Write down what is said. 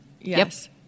Yes